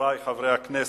חברי חברי הכנסת,